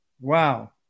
Wow